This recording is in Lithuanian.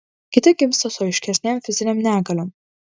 kiti gimsta su aiškesnėm fizinėm negaliom